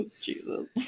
Jesus